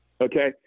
Okay